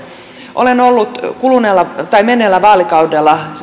olen ollut menneellä vaalikaudella